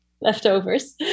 leftovers